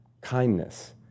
kindness